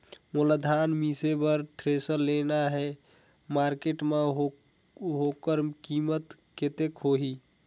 मोला धान मिसे बर थ्रेसर लेना हे मार्केट मां होकर कीमत कतेक होही?